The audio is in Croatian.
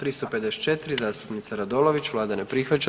354. zastupnica Radolović, vlada ne prihvaća.